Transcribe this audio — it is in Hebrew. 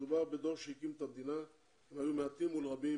מדובר בדור שהקים את המדינה והיו מעטים מול רבים.